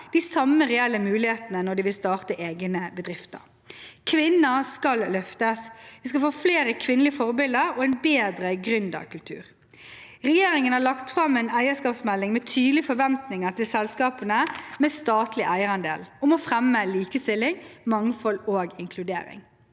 de samme reelle mulighetene når de vil starte egne bedrifter. Kvinner skal løftes. Vi skal få flere kvinnelige forbilder og en bedre gründerkultur. Regjeringen har lagt fram en eierskapsmelding med tydelige forventninger til selskapene med statlig eierandel om å fremme likestilling, mangfold og inkludering.